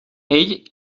ell